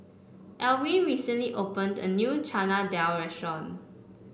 Elwin recently opened a new Chana Dal Restaurant